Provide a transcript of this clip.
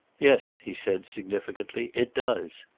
yes, he said, significantly. it does.